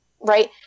Right